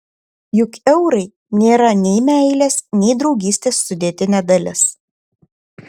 juk eurai nėra nei meilės nei draugystės sudėtinė dalis